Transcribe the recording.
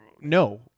no